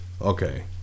Okay